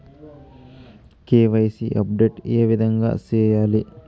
KYC update ఏ విధంగా సేయాలి?